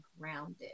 grounded